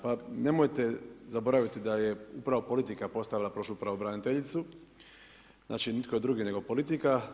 Pa nemojte zaboraviti da je upravo politika postavila prošlu pravobraniteljicu, znači nitko drugi nego politika.